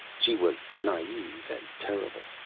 she was naive and terrible,